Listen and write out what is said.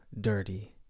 dirty